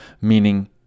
meaning